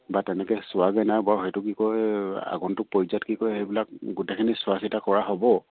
বা তেনেকৈ চোৱাগে নাই বাৰু সেইটো কি কয় আগন্তটোক পৰ্যায়ত কি কয় সেইবিলাক গোটেইখিনি চোৱা চিতা কৰা হ'ব